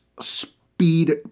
speed